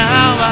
Now